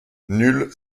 nulle